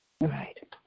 Right